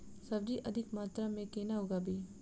सब्जी अधिक मात्रा मे केना उगाबी?